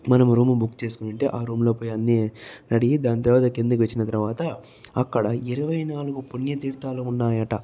మనము room book చేసుకొని ఉంటే ఆ రూమ్లో పోయి అన్ని రెడీ అయ్యి దాని తర్వాత కిందకు వచ్చిన తర్వాత అక్కడ ఇరవై నాలుగు పుణ్య తీర్థాలు ఉన్నాయట